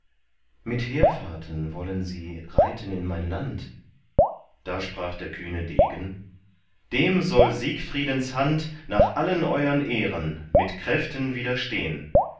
mit heerfahrten wollen sie reiten in mein land da sprach der kühne degen dem soll siegfriedens hand nach allen euern ehren mit kräften widerstehn